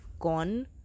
Gone